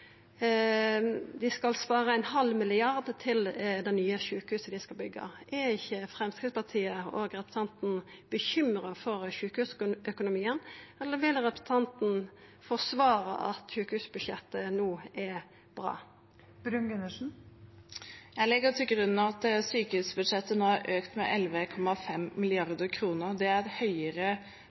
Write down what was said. Dei skal spara 0,5 mrd. kr til det nye sjukehuset dei skal byggja. Er ikkje Framstegspartiet og representanten bekymra for sjukehusøkonomien? Vil representanten forsvara sjukehusbudsjettet, seia at det no er bra? Jeg legger til grunn at sykehusbudsjettet nå har økt med 11,5 mrd. kr. Det er